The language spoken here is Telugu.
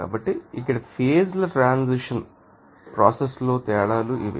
కాబట్టి ఇక్కడ ఫేజ్ ల ట్రాన్సిషన్ ప్రోసెస్ లో తేడాలు ఇవి